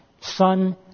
son